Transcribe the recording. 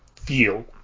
feel